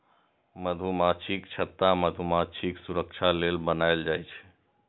मधुमाछीक छत्ता मधुमाछीक सुरक्षा लेल बनाएल जाइ छै